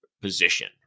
position